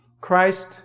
Christ